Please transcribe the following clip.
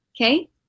okay